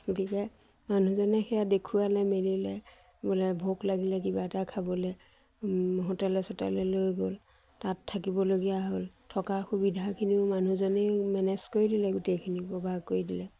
গতিকে মানুহজনে সেয়া দেখুৱালে মেলিলে বোলে ভোক লাগিলে কিবা এটা খাবলে হোটেলে চোটেলে লৈ গ'ল তাত থাকিবলগীয়া হ'ল থকাৰ সুবিধাখিনিও মানুহজনেই মেনেজ কৰি দিলে গোটেইখিনি কৰি দিলে